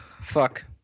Fuck